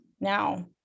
Now